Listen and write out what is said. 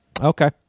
Okay